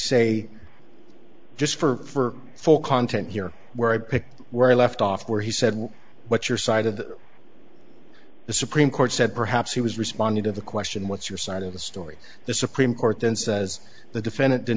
say just for full content here where he picked where he left off where he said what your side of the the supreme court said perhaps he was responding to the question what's your side of the story the supreme court then says the defendant did